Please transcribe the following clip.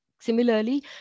Similarly